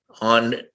on